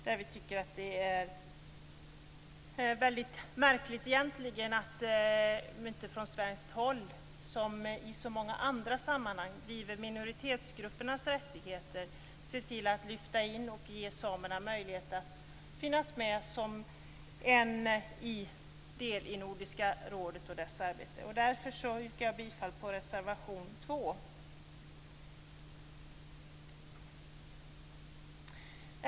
Det är egentligen väldigt märkligt att man inte från svenskt håll som i så många andra sammanhang driver minoritetsgruppernas rättigheter och ser till att lyfta in frågan och ger samerna möjlighet att finnas med som en del i Nordiska rådet och dess arbete. Därför yrkar jag bifall till reservation 2.